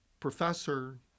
professor